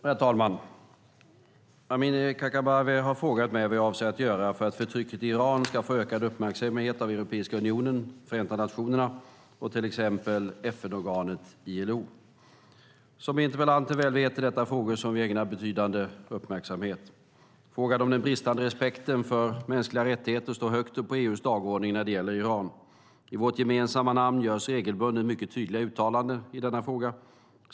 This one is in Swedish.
Herr talman! Amineh Kakabaveh har frågat mig vad jag avser att göra för att förtrycket i Iran ska få ökad uppmärksamhet av Europeiska unionen, Förenta Nationerna och till exempel FN-organet ILO. Som interpellanten väl vet är detta frågor som vi ägnar betydande uppmärksamhet. Frågan om den bristande respekten för mänskliga rättigheter står högt upp på EU:s dagordning när det gäller Iran. I vårt gemensamma namn görs regelbundet mycket tydliga uttalanden i denna fråga.